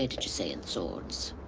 ah did you say in swords?